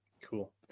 cool